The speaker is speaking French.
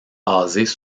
basées